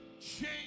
change